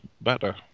better